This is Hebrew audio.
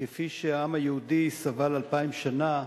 כפי שהעם היהודי סבל 2,000 שנה,